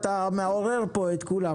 אתה מעורר פה את כולם,